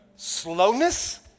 slowness